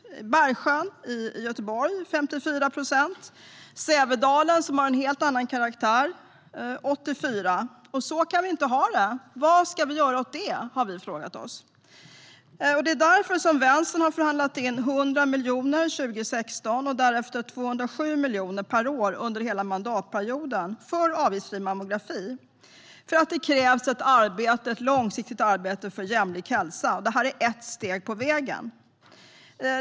Bergsjön i Göteborg är ett exempel där endast 54 procent av kvinnorna deltar i allmän mammografi. I Sävedalen, som har en helt annan karaktär, var deltagandet 84 procent. Så kan vi inte ha det. Vad ska vi göra åt det? har vi frågat oss. Det är därför som Vänstern har förhandlat fram 100 miljoner under 2016 och därefter 207 miljoner per år under hela mandatperioden för avgiftsfri mammografi. Det krävs ett långsiktigt arbete för jämlik hälsa, och detta är ett steg på vägen.